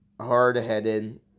hard-headed